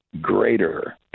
greater